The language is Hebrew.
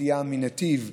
סטייה מנתיב,